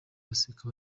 baseka